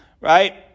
Right